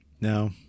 No